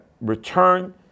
return